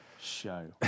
Show